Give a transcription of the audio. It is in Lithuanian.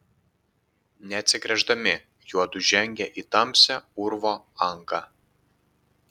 neatsigręždami juodu žengė į tamsią urvo angą